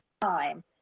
time